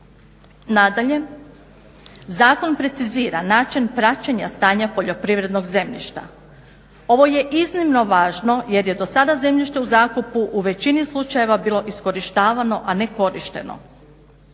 Nadalje zakon precizira način praćenja stanja poljoprivrednog zemljišta. Ovo je iznimno važno jer je do sada zemljište u zakupu u većini slučajeva bilo iskorištavano a ne korišteno.